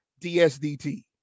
DSDT